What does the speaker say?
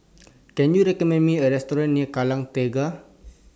Can YOU recommend Me A Restaurant near Kallang Tengah